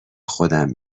خودم